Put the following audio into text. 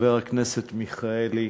חבר הכנסת מיכאלי,